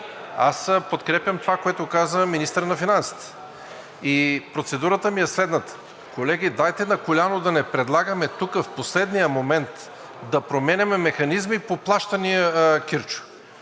аз подкрепям това, което каза министърът на финансите. Процедурата ми е следната. Колеги, дайте на коляно да не предлагаме тук, в последния момент да променяме механизми по плащания, Кирчо!